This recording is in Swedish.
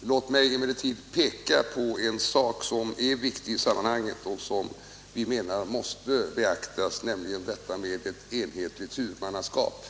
Låt mig emellertid peka på något som är viktigt i sammanhanget och som vi menar måste beaktas, nämligen frågan om ett enhetligt huvudmannaskap.